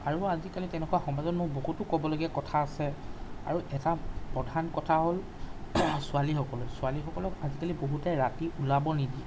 আৰু আজিকালি তেনেকুৱা সমাজত মই বহুতো ক'বলগীয়া কথা আছে আৰু এটা প্ৰধান কথা হ'ল ছোৱালী সকলে ছোৱালীকসকলক আজিকালি বহুতে ৰাতি ওলাব নিদিয়ে